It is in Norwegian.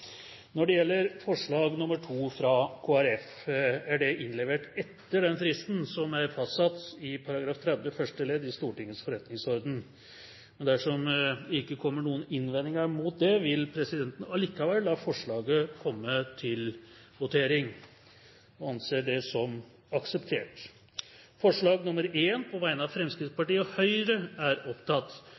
Når det gjelder forslag nr. 2, er det innlevert etter den fristen som er fastsatt i § 30 første ledd i Stortingets forretningsorden. Dersom det ikke kommer noen innvendinger mot det, vil presidenten likevel la forslaget komme til votering. – Det anses vedtatt. Det voteres først over forslag nr. 1, fra Fremskrittspartiet og Høyre.